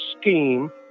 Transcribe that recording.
scheme